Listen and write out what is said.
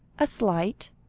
a slight,